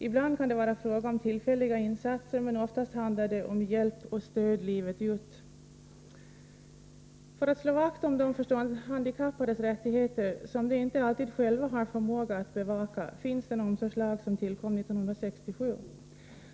Ibland kan det vara fråga om tillfälliga insatser, men oftast handlar det om hjälp och stöd livet ut. För att slå vakt om de förståndshandikappades rättigheter, som de inte alltid själva har förmåga att bevaka, finns den omsorgslag som tillkom 1967.